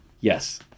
Yes